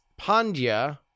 Pandya